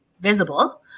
visible